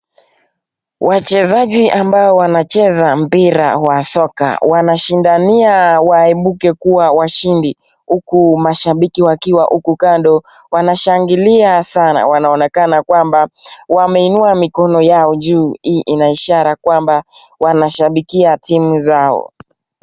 Wachezaji ambao wanacheza mpira wa soka wanashindania waibuke kuwa washindi huku mashabiki wakiwa huku kando wanashangilia sana. Wanaonekana kwamba wameinua mikono yao juu. Hii inaishara kwamba wanashabikia timu zao.